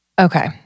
Okay